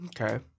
Okay